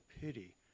pity